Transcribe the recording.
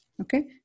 Okay